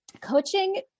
Coaching